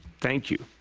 thank you.